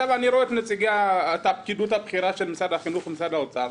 אני רואה את הפקידות הבכירה של משרד החינוך ומשרד האוצר,